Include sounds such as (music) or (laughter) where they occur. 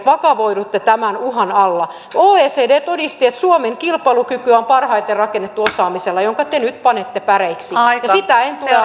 (unintelligible) vakavoidutte tämän uhan alla oecd todisti että suomen kilpailukyky on parhaiten rakennettu osaamisella jonka te nyt panitte päreiksi sitä (unintelligible)